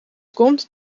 komt